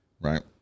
Right